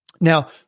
Now